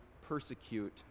persecute